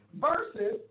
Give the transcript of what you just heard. versus